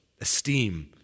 esteem